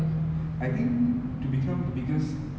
like uh like grab and uh uber